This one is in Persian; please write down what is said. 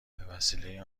بهوسیله